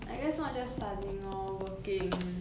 I guess not just studying orh working